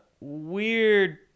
weird